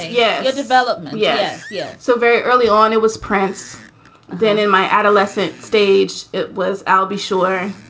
yeah. good development. yes. yes. so very early on it was prince then in my adolescent stage it was. i'll be sure.